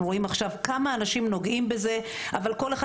רואים עכשיו כמה אנשים נוגעים בזה אבל כל אחד